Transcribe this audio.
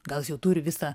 gal jis jau turi visą